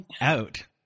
out